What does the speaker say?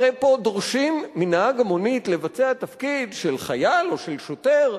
הרי פה דורשים מנהג המונית לבצע תפקיד של חייל או של שוטר,